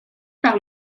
par